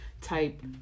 type